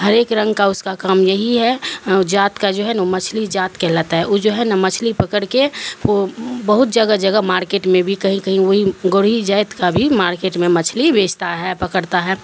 ہر ایک رنگ کا اس کا کام یہی ہے جات کا جو ہے ن مچھلی جات کے لاتا ہے وہ جو ہے نا مچھلی پکڑ کے وہ بہت جگہ جگہ مارکیٹ میں بھی کہیں کہیں وہی گوری جت کا بھی مارکیٹ میں مچھلی بیچتا ہے پکڑتا ہے